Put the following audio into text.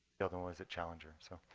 yeah other one was at challenger. so